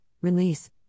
release